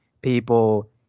people